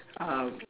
uh